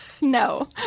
No